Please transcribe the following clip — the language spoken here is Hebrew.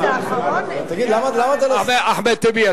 אחמד טיבי,